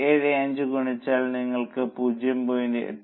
875 കൊണ്ട് ഗുണിച്ചാൽ നിങ്ങൾക്ക് 0